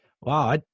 wow